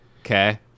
Okay